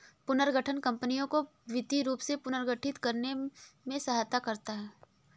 पुनर्गठन कंपनियों को वित्तीय रूप से पुनर्गठित करने में सहायता करता हैं